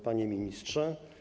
Panie Ministrze!